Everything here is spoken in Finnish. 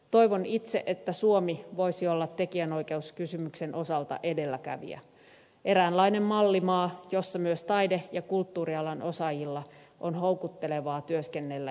toivon itse että suomi voisi olla tekijänoikeuskysymyksen osalta edelläkävijä eräänlainen mallimaa jossa myös taide ja kulttuurialan osaajien on houkuttelevaa työskennellä ja toimia